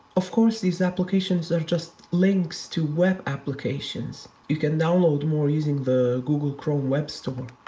of course, these applications are just links to web applications. you can download more using the google chrome web store,